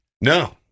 no